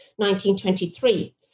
1923